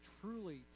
truly